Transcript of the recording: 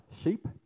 sheep